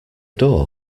door